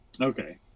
Okay